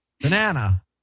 banana